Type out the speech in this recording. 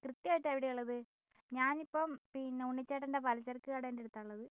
കൃത്യമായിട്ട് എവിടെയാ ഉള്ളത് ഞാൻ ഇപ്പം പിന്നെ ഉണ്ണിച്ചേട്ടൻ്റെ പലചരക്ക് കടേന്റടുത്താ ഉള്ളത്